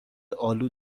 آلو